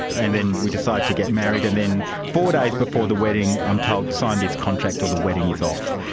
and then we decide to get married, and then four days before the wedding i'm told sign this contract or the wedding is off.